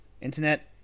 Internet